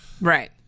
Right